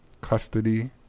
custody